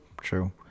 True